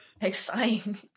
exciting